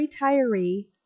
retiree